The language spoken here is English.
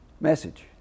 Message